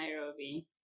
Nairobi